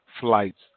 flights